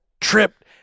tripped